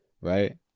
right